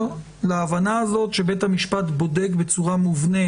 להבנה הזאת שבית המשפט בודד בצורה מובנית,